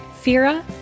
FIRA